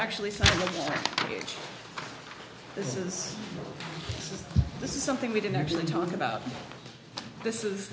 actually say this is this is something we didn't actually talk about this is